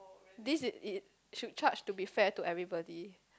this is should charge to be fair to everybody